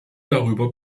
darüber